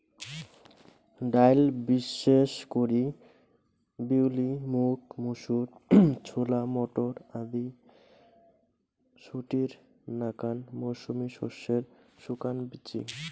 ডাইল বিশেষ করি বিউলি, মুগ, মুসুর, ছোলা, মটর আদি শুটির নাকান মৌসুমী শস্যের শুকান বীচি